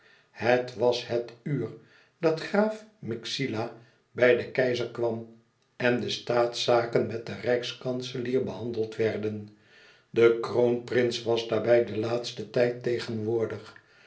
het was het uur dat graaf myxila bij den keizer kwam en de staatszaken met den rijkskanselier behandeld werden de kroonprins was daarbij den laatsten tijd tegenwoordig